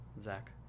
Zach